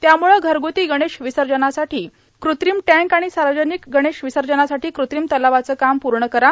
त्यामुळं घरग्रती गणेश विसर्जनासाठी कृत्रिम टँक आणि सार्वजनिक गणेश विसर्जनासाठी कृत्रिम तलावाचं काम पूर्ण करा